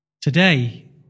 Today